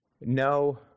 no